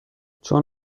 چون